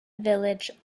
village